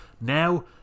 now